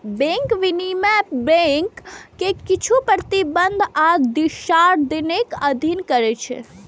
bank विनियमन bank कें किछु प्रतिबंध आ दिशानिर्देशक अधीन करै छै